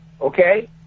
okay